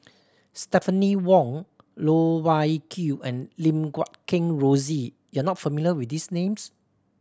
Stephanie Wong Loh Wai Kiew and Lim Guat Kheng Rosie you are not familiar with these names